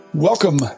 Welcome